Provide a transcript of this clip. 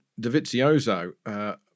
Davizioso